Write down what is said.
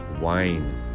wine